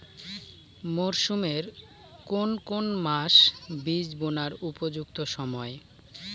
মরসুমের কোন কোন মাস বীজ বোনার উপযুক্ত সময়?